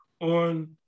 on